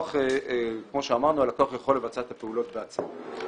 וכפי שאמרנו, הלקוח יכול לבצע את הפעולות בעצמו.